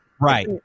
Right